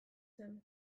zen